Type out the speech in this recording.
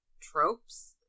tropes